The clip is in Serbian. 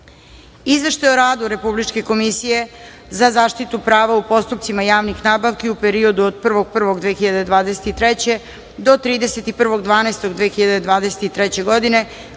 Izveštaj o radu Republičke komisije za zaštitu prava u postupcima javnih nabavki u periodu od 01. 01. 2023. do 31. 12. 2023. godine,